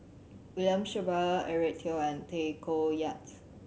William Shellabear Eric Teo and Tay Koh Yat